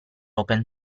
open